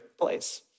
place